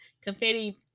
confetti